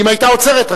אם היתה עוצרת.